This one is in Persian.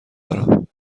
دارم